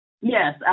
Yes